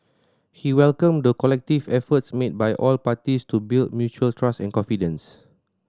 he welcomed the collective efforts made by all parties to build mutual trust and confidence